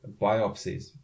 biopsies